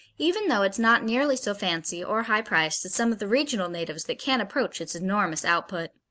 even though it's not nearly so fancy or high-priced as some of the regional natives that can't approach its enormous output.